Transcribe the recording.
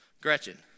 Gretchen